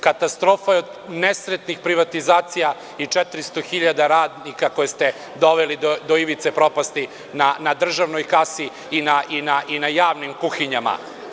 Katastrofa od nesretnih privatizacija i 400 hiljada radnika koje ste doveli do ivice propasti na državnoj kasi i na javnim kuhinjama.